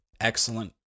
excellent